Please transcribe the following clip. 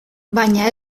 baina